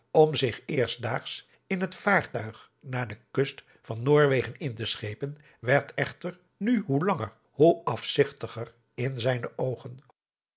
om zich eerstdaags in het vaartuig naar de kust van noorwegen in te schepen werd echter nu hoe langer hoe afzigtiger in zijne oogen